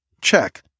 Check